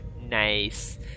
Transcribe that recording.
nice